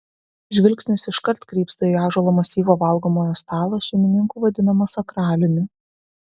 žvilgsnis iškart krypsta į ąžuolo masyvo valgomojo stalą šeimininkų vadinamą sakraliniu